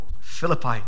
Philippi